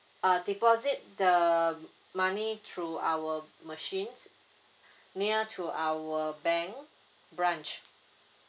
uh deposit the money through our machines near to our bank branch